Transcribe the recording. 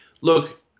Look